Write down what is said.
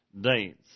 dates